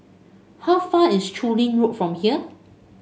how far away is Chu Lin Road from here